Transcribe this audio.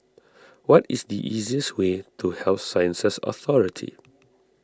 what is the easiest way to Health Sciences Authority